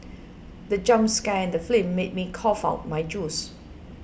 the jump scare in the film made me cough out my juice